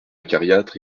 acariâtre